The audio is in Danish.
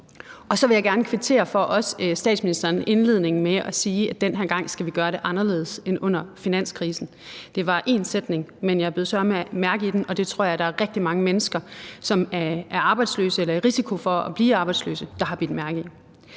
Og så vil jeg også gerne kvittere for, at statsministeren i sin indledning sagde, at den her gang skal vi gøre det anderledes end under finanskrisen – det var én sætning, men jeg bed sørme mærke i den, og det tror jeg at der er rigtig mange mennesker, der er arbejdsløse eller i risiko for at blive arbejdsløse, der har bidt mærke i.